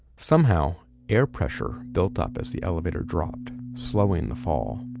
somehow air pressure built up as the elevator dropped slowing the fall.